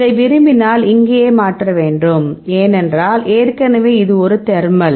இதை விரும்பினால் இங்கே மாற்ற வேண்டும் ஏனென்றால் ஏற்கனவே இது ஒரு தெர்மல்